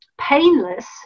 painless